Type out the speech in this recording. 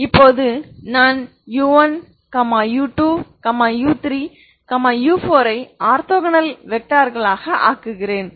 இப்போது நான் u1 u2 u3 u4 ஐ ஆர்த்தோகனல் திசையன்களாக ஆக்குகிறேன்